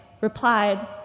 replied